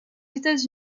états